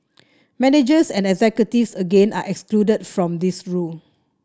managers and executives again are excluded from this rule